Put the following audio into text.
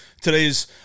today's